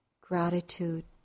Gratitude